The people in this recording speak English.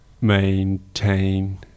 maintain